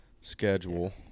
schedule